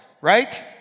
right